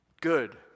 Good